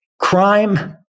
Crime